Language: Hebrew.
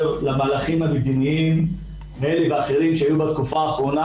למהלכים המדיניים והאחרים שהיו בתקופה האחרונה,